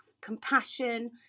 compassion